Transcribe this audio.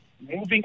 moving